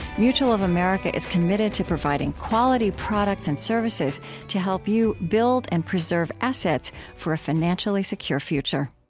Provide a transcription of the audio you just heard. mutual of america is committed to providing quality products and services to help you build and preserve assets for a financially secure future